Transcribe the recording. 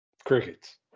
Crickets